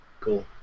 cool